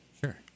Sure